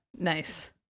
Nice